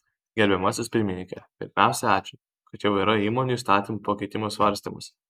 gerbiamasis pirmininke pirmiausia ačiū kad jau yra įmonių įstatymo pakeitimų svarstymas